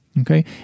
Okay